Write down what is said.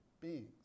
beings